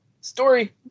story